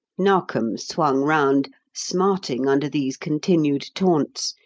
narkom swung round, smarting under these continued taunts,